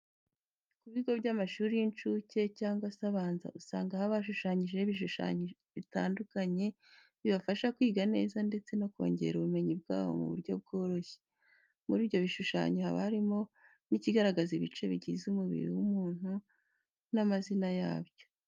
Ku bikugo by'amashuri y'incuke cyangwa se abanza, usanga haba hashushanyijeho ibishushanyo bitandukanye, bibafasha kwiga neza ndetse no kongera ubumenyi bwabo mu buryo bworoshye. Muri ibyo bishushanyo haba harimo n'ikigaragaza ibice bigize umubiri w'umuntu n'amazina yabyo.